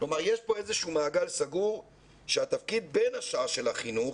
כלומר יש פה איזשהו מעגל סגור שהתפקיד בין השאר של החינוך,